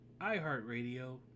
iHeartRadio